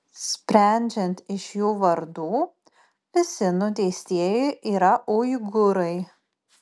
sprendžiant iš jų vardų visi nuteistieji yra uigūrai